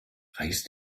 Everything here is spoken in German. reiß